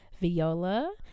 Viola